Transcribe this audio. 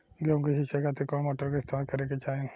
गेहूं के सिंचाई खातिर कौन मोटर का इस्तेमाल करे के चाहीं?